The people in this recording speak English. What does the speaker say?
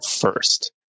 first